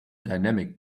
dynamic